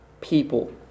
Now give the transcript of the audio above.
people